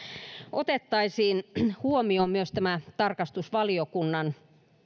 otettaisiin huomioon myös tämä tarkastusvaliokunnan